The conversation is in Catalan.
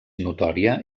notòria